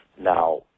Now